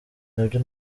nabyo